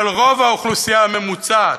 של רוב האוכלוסייה הממוצעת,